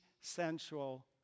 sensual